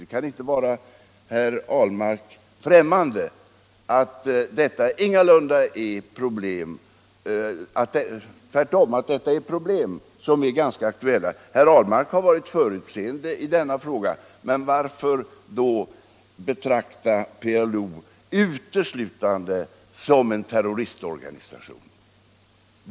Det kan inte vara herr Ahlmark främmande att detta är problem som är aktuella. Herr Ahlmark har varit förutseende i denna fråga, men varför då betrakta PLO uteslutande som en terroristorganisation?